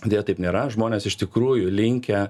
deja taip nėra žmonės iš tikrųjų linkę